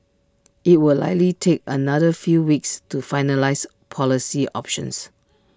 IT will likely take another few weeks to finalise policy options